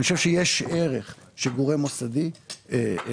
אני חושב שיש ערך שגורם מוסדי יחזיק.